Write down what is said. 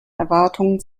erwartungen